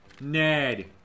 Ned